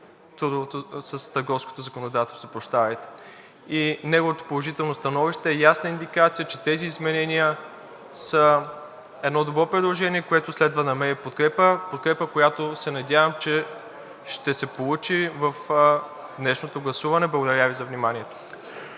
активно с търговското законодателство. Неговото положително становище е ясна индикация, че тези изменения са добро предложение, което следва да намери подкрепа. Подкрепа, която се надявам, че ще се получи в днешното гласуване. Благодаря Ви за вниманието.